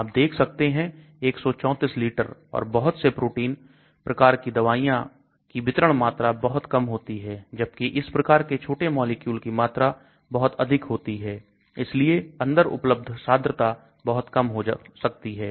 आप देख सकते हैं 134 लीटर और बहुत से प्रोटीन प्रकार की दवाइयों की वितरण मात्रा बहुत कम होती है जबकि इस प्रकार के छोटे मॉलिक्यूल की मात्रा बहुत अधिक होती है इसलिए अंदर उपलब्ध सांद्रता बहुत कम हो सकती है